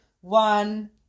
one